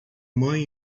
mãe